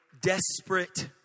desperate